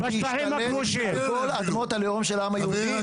אני רוצה להשתלט על כל אדמות הלאום של העם היהודי,